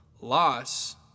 loss